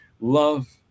Love